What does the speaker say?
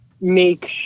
make